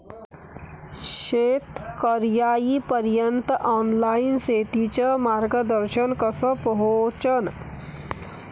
शेतकर्याइपर्यंत ऑनलाईन शेतीचं मार्गदर्शन कस पोहोचन?